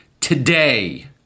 today